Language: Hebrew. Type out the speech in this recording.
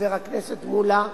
חבר הכנסת מולה,